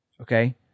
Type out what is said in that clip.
Okay